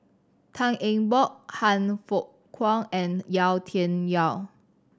Tan Eng Bock Han Fook Kwang and Yau Tian Yau